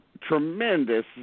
tremendous